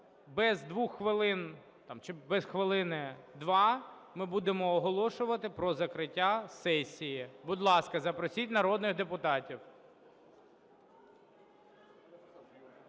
без хвилини два ми будемо оголошувати про закриття сесії. Будь ласка, запросіть народних депутатів.